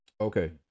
Okay